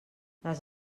les